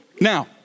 Now